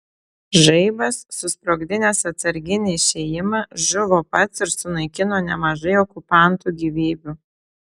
žaibas susprogdinęs atsarginį išėjimą žuvo pats ir sunaikino nemažai okupantų gyvybių